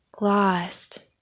Lost